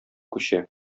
күчә